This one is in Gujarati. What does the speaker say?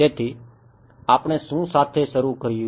તેથી આપણે શું સાથે શરૂ કર્યું